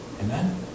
Amen